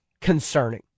concerning